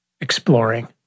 exploring